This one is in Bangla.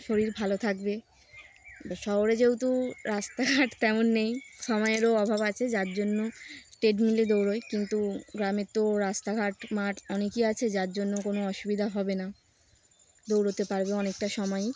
শরীর ভালো থাকবে শহরে যেহেতু রাস্তাঘাট তেমন নেই সময়েরও অভাব আছে যার জন্য ট্রেডমিলে দৌড়োয় কিন্তু গ্রামে তো রাস্তাঘাট মাঠ অনেকই আছে যার জন্য কোনো অসুবিধা হবে না দৌড়োতে পারবে অনেকটা সময়ই